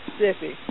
Mississippi